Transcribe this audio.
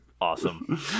Awesome